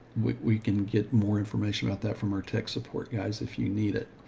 we can get more information about that from our tech support guys, if you need it,